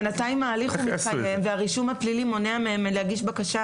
בינתיים ההליך והרישום הפלילי מונע מהם להגיש בקשה